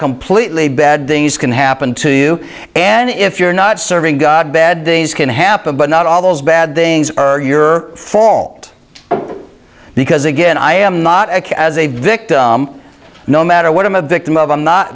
completely bad things can happen to you and if you're not serving god bad days can happen but not all those bad things are your fault because again i am not as a victim no matter what i'm a victim of i'm not